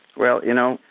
well, you know,